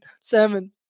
Salmon